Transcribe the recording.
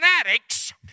fanatics